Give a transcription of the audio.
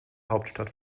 hauptstadt